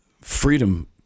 freedom